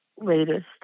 latest